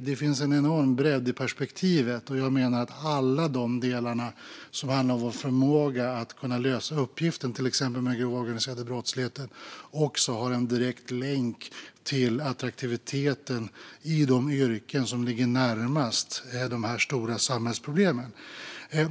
Det finns alltså en enorm bredd i perspektivet, och jag menar att alla delar som handlar om förmågan att lösa uppgiften, till exempel den grova organiserade brottsligheten, också har en direkt länk till attraktiviteten i de yrken som ligger närmast dessa stora samhällsproblem.